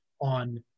on